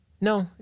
No